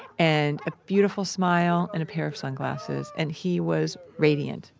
and a beautiful smile and a pair of sunglasses. and he was radiant.